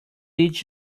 did